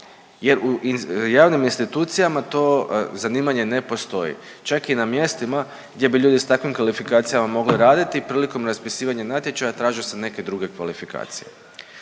jer u javnim institucijama to zanimanje ne postoji. Čak i na mjestima gdje bi ljudi s takvim kvalifikacijama mogli raditi prilikom raspisivanja natječaja tražio sam neke druge kvalifikacije,